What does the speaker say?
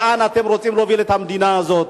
לאן אתם רוצים להוביל את המדינה הזאת?